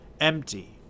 Empty